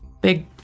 big